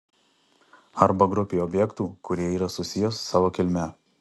arba grupei objektų kurie yra susiję savo kilme